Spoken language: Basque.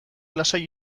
lasai